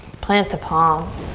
plant the palms.